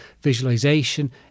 visualization